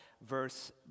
verse